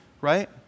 right